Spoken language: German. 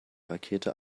rakete